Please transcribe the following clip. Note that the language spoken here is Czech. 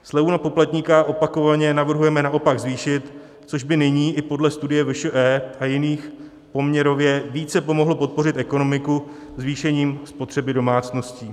Slevu na poplatníka opakovaně navrhujeme naopak zvýšit, což by nyní i podle studie VŠE a jiných poměrově více pomohlo podpořit ekonomiku zvýšením spotřeby domácností.